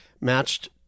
matched